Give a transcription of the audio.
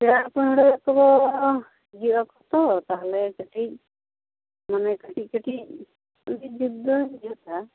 ᱯᱮᱲᱟ ᱯᱟᱹᱲᱦᱟᱹᱜ ᱠᱚ ᱦᱤᱡᱩᱜᱼᱟᱠᱚ ᱛᱚ ᱛᱟᱦᱚᱞᱮ ᱠᱟᱴᱤᱡ ᱢᱟᱱᱮ ᱠᱟᱴᱤᱡ ᱠᱟᱴᱤᱡ ᱡᱩᱛ ᱫᱚ ᱡᱩᱛᱟ